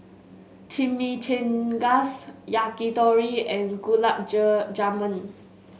Chimichangas Yakitori and Gulab Jamun